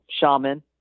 shaman